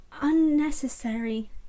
unnecessary